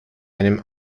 einem